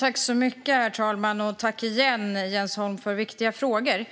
Herr talman! Tack igen, Jens Holm, för viktiga frågor!